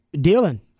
dealing